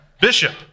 Bishop